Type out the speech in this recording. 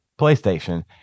PlayStation